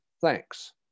thanks